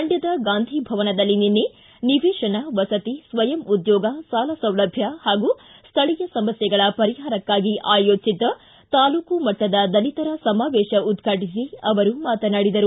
ಮಂಡ್ಲದ ಗಾಂಧಿ ಭವನದಲ್ಲಿ ನಿನ್ನೆ ನಿವೇಶನ ವಸತಿ ಸ್ವಯಂ ಉದ್ಯೋಗ ಸಾಲ ಸೌಲಭ್ಯ ಹಾಗೂ ಸ್ಥಳೀಯ ಸಮಸ್ಯೆಗಳ ಪರಿಹಾರಕ್ಕಾಗಿ ಆಯೋಜಿಸಿದ್ದ ತಾಲೂಕು ಮಟ್ಟದ ದಲಿತರ ಸಮಾವೇಶ ಉದ್ವಾಟಿಸಿ ಅವರು ಮಾತನಾಡಿದರು